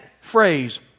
phrase